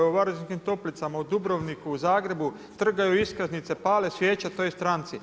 Evo u Varaždinskim toplicama u Dubrovniku u Zagrebu, trgaju iskaznice, pale svijeće toj stranci.